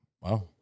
Wow